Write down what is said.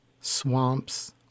swamps